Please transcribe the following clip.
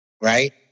Right